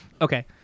Okay